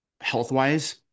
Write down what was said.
health-wise